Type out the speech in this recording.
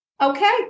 Okay